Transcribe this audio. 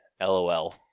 LOL